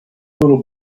little